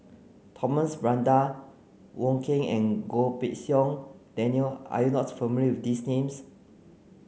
Thomas Braddell Wong Keen and Goh Pei Siong Daniel are you not familiar with these names